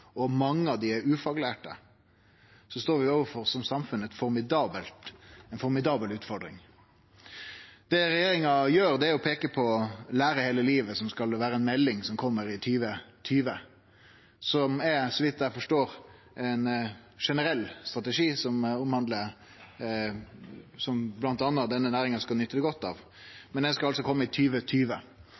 og mange av dei er ufaglærte, står vi som samfunn overfor ei formidabel utfordring. Det regjeringa gjer, er å peike på Lære hele livet, ei melding som kjem i 2020. Det er, så vidt eg forstår, ein generell strategi som bl.a. denne næringa skal nyte godt av, men ho skal altså kome i